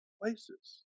places